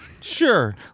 sure